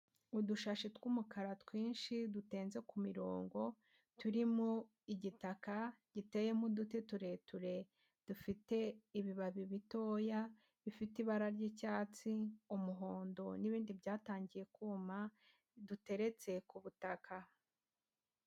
Udushashi tw'umukara twinshi dutenze ku mirongo turimo igitaka giteyemo uduti tureture dufite ibibabi bitoya bifite ibara ry'icyatsi umuhondo n'ibindi byatangiye kuma duteretse ku butaka.